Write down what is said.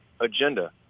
agenda